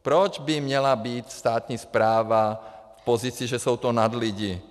Proč by měla být státní správa v pozici, že to jsou nadlidi?